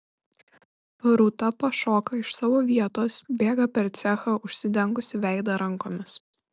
rūta pašoka iš savo vietos bėga per cechą užsidengusi veidą rankomis